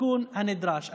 התיקון הנדרש.